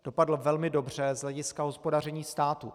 Dopadl velmi dobře z hlediska hospodaření státu.